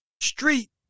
street